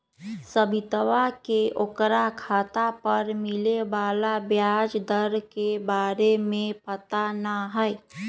सवितवा के ओकरा खाता पर मिले वाला ब्याज दर के बारे में पता ना हई